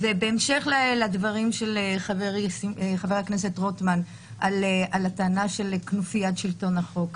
בהמשך לדברים של חברי חבר הכנסת רוטמן על הטענה של כנופיית שלטון החוק,